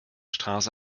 straße